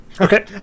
Okay